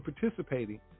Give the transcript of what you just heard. participating